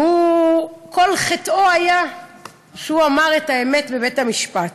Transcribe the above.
וכל חטאו היה שהוא אמר את האמת בבית-המשפט.